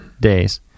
days